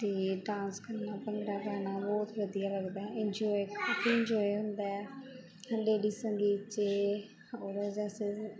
ਅਤੇ ਟਾਸਕ ਨਾਲ ਭੰਗੜਾ ਪਾਉਣਾ ਬਹੁਤ ਵਧੀਆ ਲੱਗਦਾ ਇੰਜੋਏ ਕਾਫੀ ਇੰਜੋਏ ਹੁੰਦਾ ਹੈ ਲੇਡੀ ਸੰਗੀਤ 'ਚ